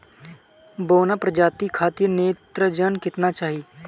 बौना प्रजाति खातिर नेत्रजन केतना चाही?